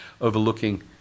overlooking